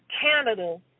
Canada